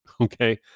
Okay